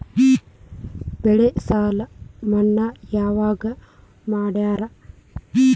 ಬೆಳೆ ಸಾಲ ಮನ್ನಾ ಯಾವಾಗ್ ಮಾಡ್ತಾರಾ?